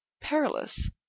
perilous